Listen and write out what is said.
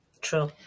True